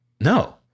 No